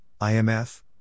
IMF